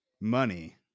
money